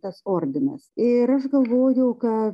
tas ordinas ir aš galvoju ką